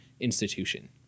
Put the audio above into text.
institution